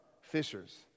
fishers